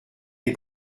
les